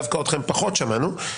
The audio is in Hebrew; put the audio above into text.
דווקא אתכם פחות שמענו,